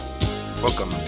Welcome